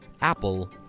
Apple